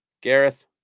Gareth